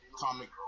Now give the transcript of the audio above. comic